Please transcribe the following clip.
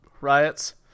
riots